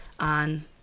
on